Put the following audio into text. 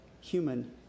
human